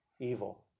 evil